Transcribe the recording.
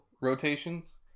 rotations